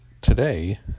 today